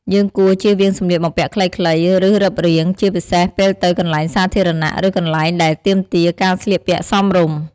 យើងគួរ ជៀសវាងសម្លៀកបំពាក់ខ្លីៗ ឬរឹបរាង ជាពិសេសពេលទៅកន្លែងសាធារណៈ ឬកន្លែងដែលទាមទារការស្លៀកពាក់សមរម្យ។